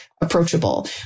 approachable